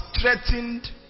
threatened